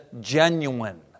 genuine